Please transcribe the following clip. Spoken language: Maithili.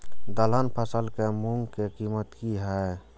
दलहन फसल के मूँग के कीमत की हय?